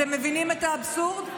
אתם מבינים את האבסורד?